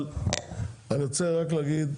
אבל אני רוצה רק להגיד,